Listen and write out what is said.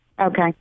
Okay